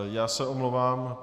Já se omlouvám.